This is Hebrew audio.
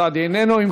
אינו נוכח,